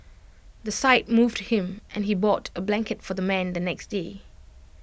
the sight moved him and he bought A blanket for the man the next day